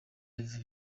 live